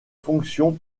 fonctions